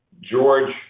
George